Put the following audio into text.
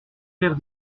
père